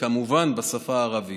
כמובן בשפה הערבית.